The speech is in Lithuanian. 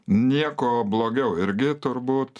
nieko blogiau irgi turbūt